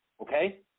okay